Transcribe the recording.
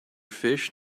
fish